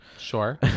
sure